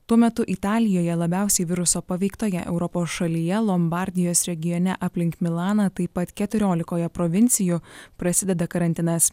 tuo metu italijoje labiausiai viruso paveiktoje europos šalyje lombardijos regione aplink milaną taip pat keturiolikoje provincijų prasideda karantinas